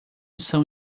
são